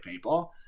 paintball